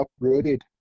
uprooted